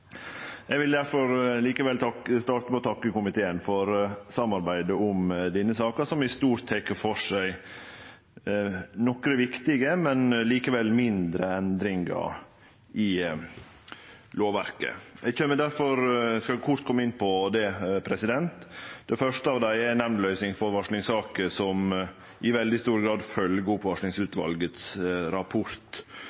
Eg vil likevel starte med å takke komiteen for samarbeidet om denne saka, som i stort tek for seg nokre viktige, men likevel mindre endringar i lovverket. Eg skal kort kome inn på dei. Det første er nemndløysing for varslingssaker, som i veldig stor grad følgjer opp